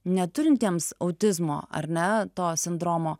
neturintiems autizmo ar ne to sindromo